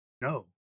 No